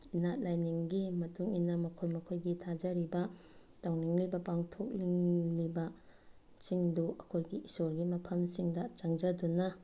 ꯏꯅꯥꯠ ꯂꯥꯏꯅꯤꯡꯒꯤ ꯃꯇꯨꯡꯏꯟꯅ ꯃꯈꯣꯏ ꯃꯈꯣꯏꯒꯤ ꯊꯥꯖꯔꯤꯕ ꯇꯧꯅꯤꯡꯂꯤꯕ ꯄꯥꯡꯊꯣꯛꯅꯤꯡꯂꯤꯕ ꯁꯤꯡꯗꯨ ꯑꯩꯈꯣꯏꯒꯤ ꯏꯁꯣꯔꯒꯤ ꯃꯐꯝꯁꯤꯡꯗ ꯆꯪꯖꯗꯨꯅ